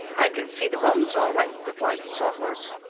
i can see the bones all right, replied the sawhorse,